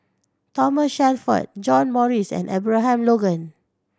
Thomas Shelford John Morrice and Abraham Logan